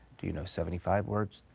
do you know seventy five words?